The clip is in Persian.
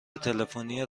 تلفنی